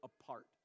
apart